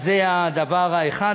אז זה הדבר האחד.